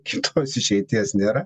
kitos išeities nėra